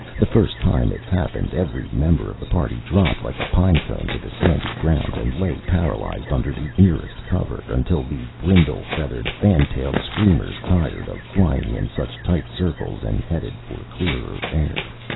the first time it happened, every member of the party dropped like a pine-cone to the sandy ground and lay paralyzed under the nearest cover, until the brindle-feathered, fan-tailed screamers tired of flying in such tight circles and headed for clearer air.